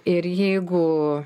ir jeigu